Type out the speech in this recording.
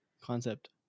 concept